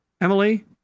Emily